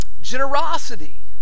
generosity